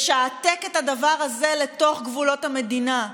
לשעתק את הדבר הזה לתוך גבולות המדינה,